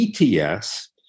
ETS